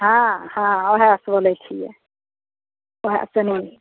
हँ हँ ओएह सँ बोलै छियै ओएह से